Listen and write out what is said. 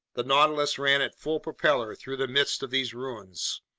the nautilus ran at full propeller through the midst of these ruins.